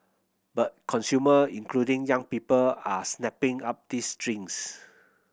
but consumer including young people are snapping up these drinks